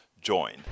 join